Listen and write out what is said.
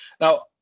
Now